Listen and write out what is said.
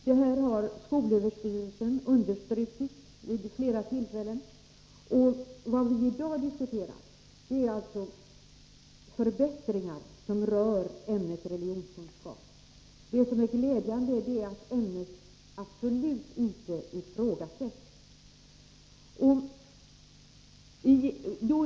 Det här har skolöverstyrelsen understrukit vid flera tillfällen. Vad vi i dag diskuterar är förbättringar som rör ämnet religionskunskap. Det glädjande är att ämnet absolut inte ifrågasätts.